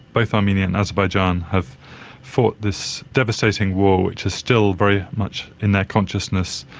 both armenia and azerbaijan have fought this devastating war which is still very much in their consciousness.